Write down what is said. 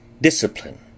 Discipline